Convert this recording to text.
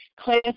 class